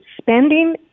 spending